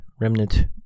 Remnant